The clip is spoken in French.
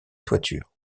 toiture